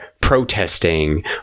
protesting